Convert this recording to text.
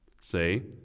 Say